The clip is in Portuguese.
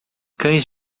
cães